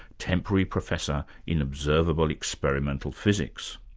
temporary professor in observable experimental physics.